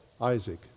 Isaac